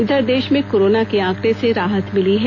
इधर देश में कोरोना के आंकड़े से राहत मिली है